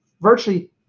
virtually